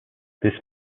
this